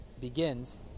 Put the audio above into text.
begins